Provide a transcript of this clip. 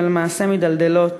שלמעשה מידלדלות